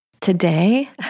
Today